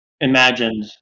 imagined